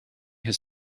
his